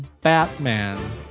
Batman